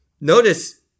Notice